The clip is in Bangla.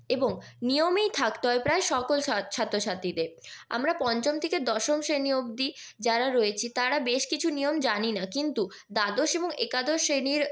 এবং নিয়মেই থাকতে হয় প্রায় সকল ছাত্রছাত্রীদের আমরা পঞ্চম থেকে দশম শ্রেণী অব্দি যারা রয়েছি তারা বেশ কিছু নিয়ম জানি না কিন্তু দ্বাদশ এবং একাদশ শ্রেণীর